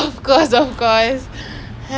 ya quite fun quite fun